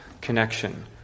connection